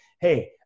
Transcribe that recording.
hey